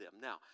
Now